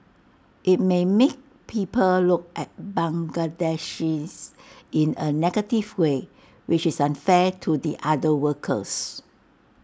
IT may make people look at Bangladeshis in A negative way which is unfair to the other workers